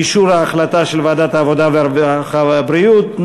אישור ההחלטה של ועדת העבודה, הרווחה והבריאות.